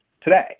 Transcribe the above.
today